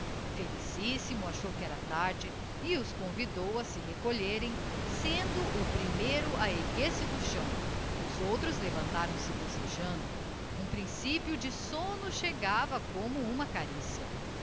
saudades felicissimo achou que era tarde e os convidou a se recolherem sendo o primeiro a erguer-se do chão os outros levantaram-se bocejando um principio de somno chegava como uma caricia